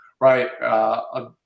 right